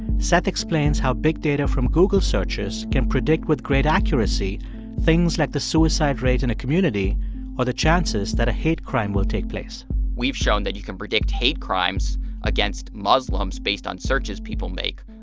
seth explains how big data from google searches can predict with great accuracy things like the suicide rate in a community or the chances that a hate crime will take place we've shown that you can predict hate crimes against muslims based on searches people make.